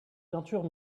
peintures